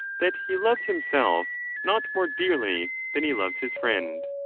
that he loves himself not more dearly than he loves his friend.